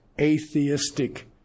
atheistic